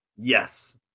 Yes